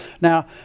Now